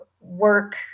work